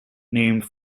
named